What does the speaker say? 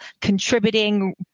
contributing